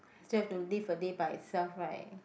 I still have to live a day by itself right